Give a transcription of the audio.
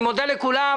אני מודה לכולם.